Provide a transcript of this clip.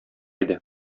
иде